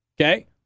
Okay